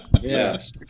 Yes